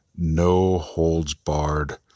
no-holds-barred